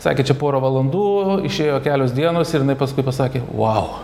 sakė čia pora valandų išėjo kelios dienos ir jinai paskui pasakė vau